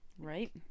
right